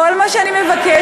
כל מה שאני מבקשת,